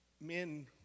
men